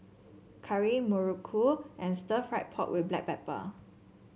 curry muruku and stir fry pork with Black Pepper